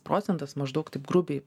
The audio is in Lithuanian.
procentas maždaug taip grubiai